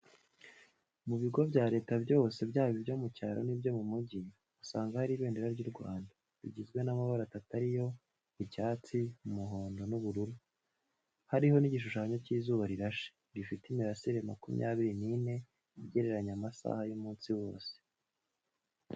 Mu bigo bya Leta byose, byaba ibyo mu cyaro n'ibyo mu mugi, usanga hari ibendera ry'u Rwanda, rigizwe n'amabara atatu ariyo, icyatsi, umuhondo n'ubururu; hariho n'igishushanyo cy'izuba rirashe, rifite imirasire makumyabiri n'ine, igereranya amasaha y'umunsi wose.